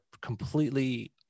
completely